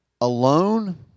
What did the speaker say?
alone